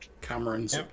Cameron's